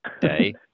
day